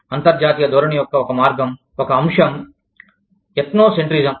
అంతర్జాతీయ ధోరణి యొక్క ఒక మార్గం ఒక అంశం ఎథ్నోసెంట్రిజం